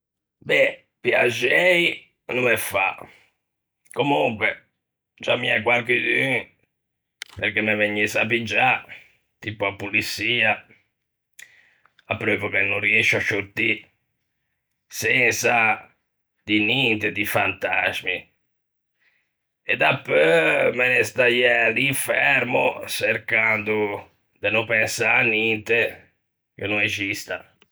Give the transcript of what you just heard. Beh, piaxei no me fa, comunque ciammiæ quarchidun perché me vegnisse à piggiâ, tipo a poliçia, apreuvo che no riëscio à sciortî, sensa dî ninte di fantasmi, e dapeu me ne staiæ lì fermo çercando de no pensâ à ninte, che no existan.